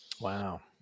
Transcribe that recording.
Wow